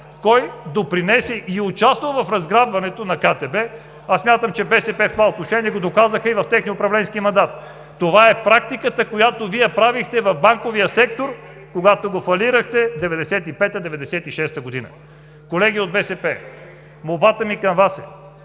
кой допринесе и е участвал в разграбването на КТБ, а смятам, че БСП в това отношение го доказаха и в техния управленски мандат. Това е практиката, която Вие правихте в банковия сектор, когато го фалирахте 1995 – 1996 г. Колеги от БСП, молбата ми към Вас е: